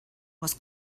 was